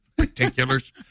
particulars